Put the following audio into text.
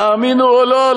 תאמינו או לא,